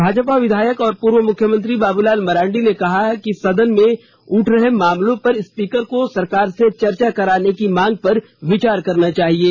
भाजपा विधायक और पूर्व मुख्यमंत्री बाबूलाल मरांडी ने कहा कि सदन में उठ रहे मामलों पर स्पीकर को सरकार से चर्चा कराने की मांग पर विचार करना चाहिये